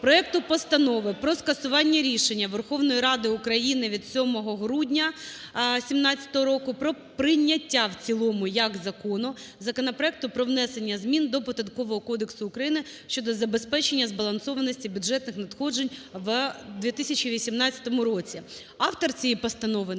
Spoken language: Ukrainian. проекту Постанови про скасування рішення Верховної Ради України від 07 грудня 17-го року про прийняття в цілому, як закону законопроекту про внесення змін до Податкового кодексу України щодо забезпечення збалансованості бюджетних надходжень у 2018 році. Автор цієї постанови